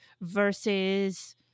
versus